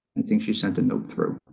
and think she sent a note through.